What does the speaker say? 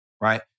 right